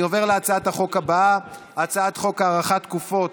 אני עובר להצעת החוק הבאה: הצעת חוק הארכת תקופות